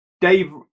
Dave